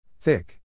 Thick